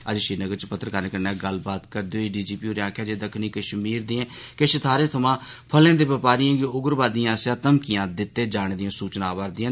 अज्ज श्रीनगर च पत्रकारें कन्नै गल्लबात करदे डीजीपी होरें आक्खेआ जे दक्खणी कश्मीर दिए किश थाहरें थमां फलें दे बपारियें गी उग्रवादियें आस्सेआ घमकियां दित्ते जाने दियां सूचना आवा'रदियां न